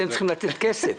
אתם צריכים לתת כסף.